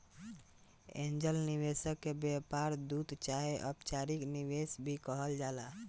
angel निवेशक के व्यापार दूत चाहे अपचारिक निवेशक भी कहल जाला